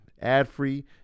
ad-free